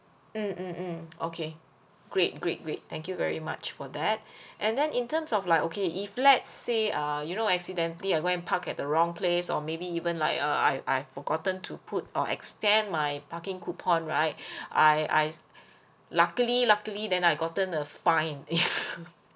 mm mm mm okay great great great thank you very much for that and then in terms of like okay if let's say uh you know accidentally I go and park at the wrong place or maybe even like uh I I've forgotten to put or extend my parking coupon right I I luckily luckily then I gotten a fine